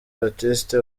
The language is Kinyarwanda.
baptiste